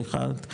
אחד,